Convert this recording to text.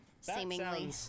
seemingly